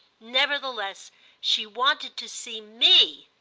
nevertheless she wanted to see me.